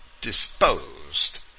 disposed